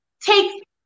take